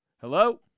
Hello